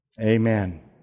Amen